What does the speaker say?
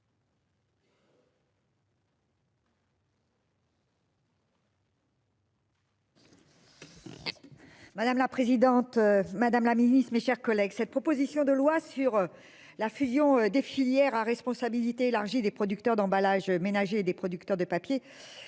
Madame la présidente, madame la secrétaire d'État, mes chers collègues, cette proposition de loi sur la fusion des filières à responsabilité élargie des producteurs d'emballages ménagers et des producteurs de papier